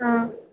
हा